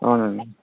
అవును అండి